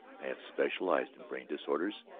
i have specialized in brain disorders,